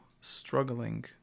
struggling